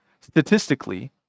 Statistically